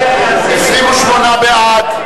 28 בעד,